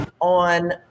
on